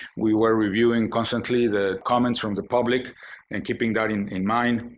we were reviewing constantly the comments from the public and keeping that in in mind,